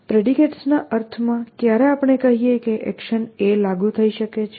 પ્રેડિકેટ્સના અર્થમાં ક્યારે આપણે કહીએ કે એક્શન A લાગુ થઇ શકે છે